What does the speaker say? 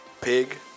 Pig